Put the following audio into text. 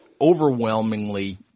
overwhelmingly